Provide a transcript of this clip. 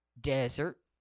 Desert